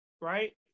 right